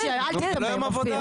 לא יום עבודה?